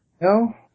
No